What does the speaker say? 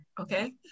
okay